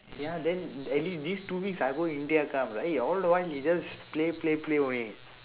ya then at least these two weeks I go india come right you all don't want he just play play play only